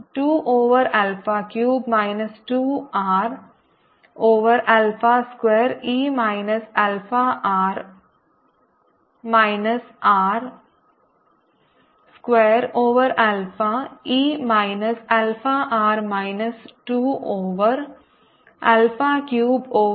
2 over alpha cube minus 2 R over alpha square e minus alpha R minus R square over alpha e minus alpha R minus 2 over alpha cubed over minus alpha R